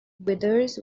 withers